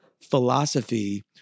Philosophy